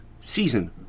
season